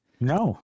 No